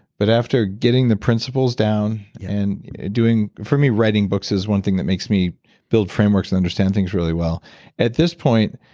but after getting the principles down and doing, for me, writing books is one thing that makes me build frameworks to understand things really well at this point,